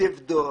תבדוק